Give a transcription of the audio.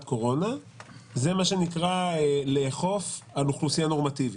קורונה זה לאכוף על אוכלוסייה נורמטיבית.